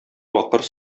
бакыр